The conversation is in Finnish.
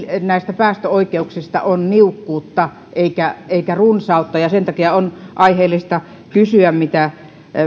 päästöoikeuksista on niukkuutta eikä runsautta sen takia on aiheellista kysyä mitä